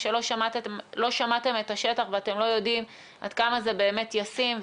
כשלא שמעתם את השטח ואתם לא יודעים עד כמה זה באמת ישים,